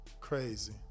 crazy